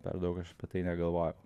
per daug aš apie tai negalvoju